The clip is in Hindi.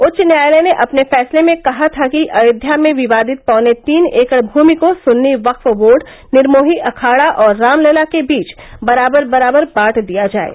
उच्च न्यायालय ने अपने फैसले में कहा था कि अयोध्या में विवादित पौने तीन एकड़ भूमि को सुन्नी वक्फ बोर्ड निरमोही अखाड़ा और राम लला के बीच बराबर बराबर बांट दिया जाये